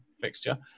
fixture